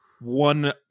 one